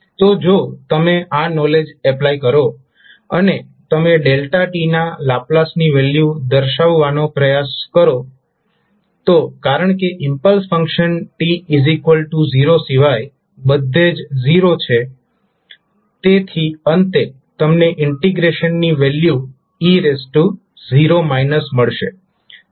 તો જો તમે આ નોલેજ એપ્લાય કરો અને તમે ના લાપ્લાસની વેલ્યુ દર્શાવવાનો પ્રયાસ કરો તો કારણ કે ઇમ્પલ્સ ફંક્શન t0 સિવાય બધે જ 0 છે તેથી અંતે તમને ઇન્ટિગ્રેશનની વેલ્યુ e0 મળશે અને તેની વેલ્યુ 1 છે